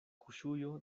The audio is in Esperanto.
kuŝujo